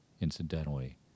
incidentally